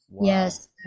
Yes